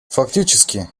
фактически